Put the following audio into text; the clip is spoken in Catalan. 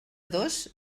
dos